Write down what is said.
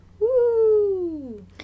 Woo